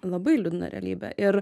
labai liūdna realybė ir